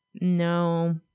No